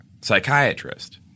psychiatrist